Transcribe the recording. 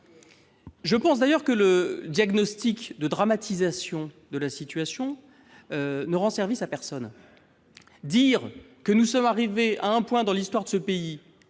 Je pense d'ailleurs que dramatiser la situation ne rend service à personne. Dire que nous sommes arrivés à un point, dans l'histoire de ce pays,